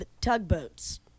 tugboats